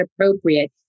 appropriate